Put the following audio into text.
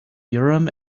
urim